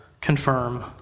confirm